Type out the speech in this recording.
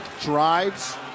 Drives